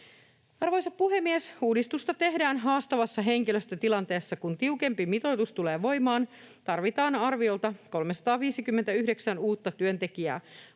Arvoisa puhemies! Uudistusta tehdään haastavassa henkilöstötilanteessa. Kun tiukempi mitoitus tulee voimaan, tarvitaan arviolta 359 uutta työntekijää.